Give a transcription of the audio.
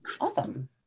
awesome